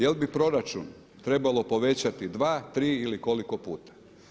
Jel bi proračun trebalo povećati dva, tri ili koliko puta?